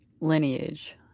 lineage